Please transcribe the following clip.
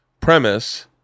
premise